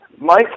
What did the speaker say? Mike